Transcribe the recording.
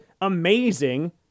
amazing